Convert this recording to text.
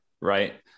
right